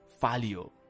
value